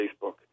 Facebook